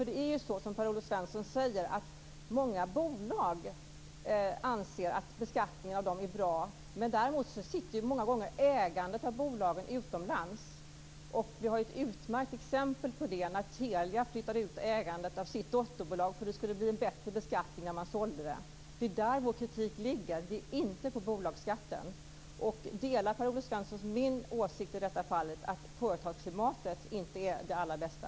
Det är som Per-Olof Svensson säger, att många bolag anser att beskattningen av dem är bra. Däremot finns många gånger ägandet av bolagen utomlands. Vi har ett utmärkt exempel på det när Telia flyttade ut ägandet av sitt dotterbolag, för att det skulle bli en bättre beskattning när man sålde det. Det är det vår kritik gäller, inte bolagsskatten. Delar Per-Olof Svensson min åsikt i detta fall, att företagsklimatet inte är det allra bästa?